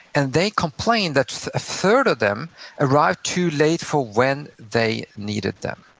and they complained that a third of them arrived too late for when they needed them.